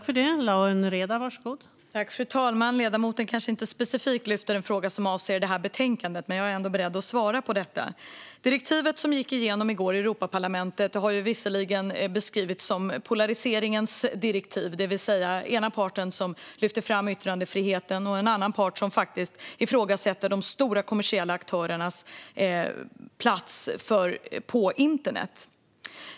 Fru talman! Ledamoten lyfter fram en fråga som kanske inte specifikt avser det här betänkandet, men jag är ändå beredd att svara. Det direktiv som i går röstades igenom i Europarlament har visserligen beskrivits som "polariseringens direktiv", där den ena parten lyfter fram yttrandefriheten och den andra parten ifrågasätter de stora kommersiella aktörernas plats på internet.